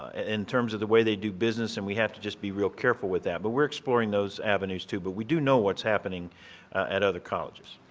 in terms of the way they do business and we have to just be real careful with that, but we're exploring those avenues too, but we do know what's happening at other colleges.